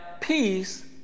peace